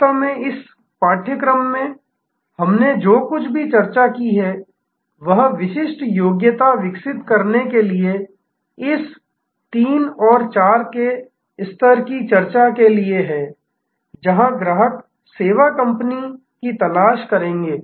वास्तव में इस पाठ्यक्रम में हमने जो कुछ भी चर्चा की है वह विशिष्ट योग्यता विकसित करने के लिए इस 3 और 4 के स्तर की यात्रा के लिए है जहां ग्राहक सेवा कंपनी की तलाश करेंगे